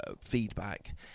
feedback